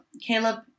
Caleb